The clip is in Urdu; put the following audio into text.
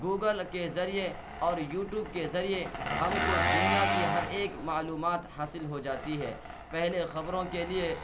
گوگل کے ذریعے اور یو ٹیوب کے ذریعے ہم کو دنیا کی ہر ایک معلومات حاصل ہو جاتی ہے پہلے خبروں کے لیے